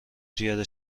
پیاده